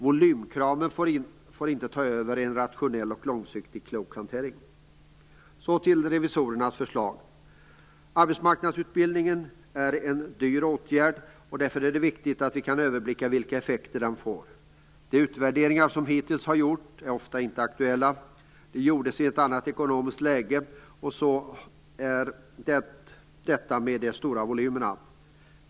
Volymkraven får inte ta över en rationell och långsiktigt klok hantering. Så till revisorernas förslag. Arbetsmarknadsutbildningen är en dyr åtgärd. Därför är det viktigt att vi kan överblicka vilka effekter som den får. De utvärderingar som hittills har gjorts är inte aktuella. De gjordes i ett annat ekonomiskt läge, och sedan måste man också ta hänsyn till de stora volymerna.